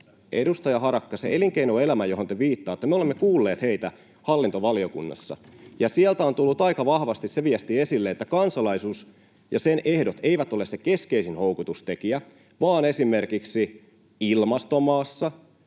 Edustaja Harakka, sitä elinkeinoelämää, johon te viittaatte, me olemme kuulleet hallintovaliokunnassa, ja sieltä on tullut aika vahvasti se viesti esille, että kansalaisuus ja sen ehdot eivät ole se keskeisin houkutustekijä vaan esimerkiksi ilmasto maassa,